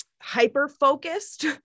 hyper-focused